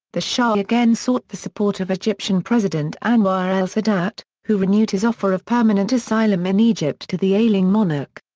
the shah again sought the support of egyptian president anwar el-sadat, who renewed his offer of permanent asylum in egypt to the ailing monarch.